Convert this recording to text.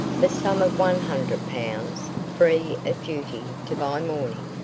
the sum of one hundred pounds, free of duty, to buy mourning.